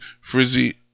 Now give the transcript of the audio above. Frizzy